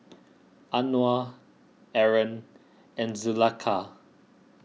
Anuar Aaron and Zulaikha